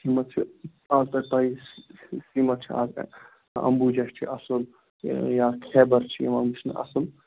سیٖمَٹھ چھُ سیٖمَٹھ چھُ اَز اَمبوٗجا چھُ اَصٕل یا خیبر چھُ یِوان وُچھنہٕ اَصٕل